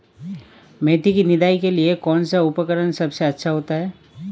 मेथी की निदाई के लिए कौन सा उपकरण सबसे अच्छा होता है?